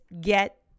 get